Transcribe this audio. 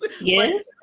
Yes